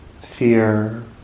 fear